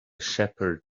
shepherd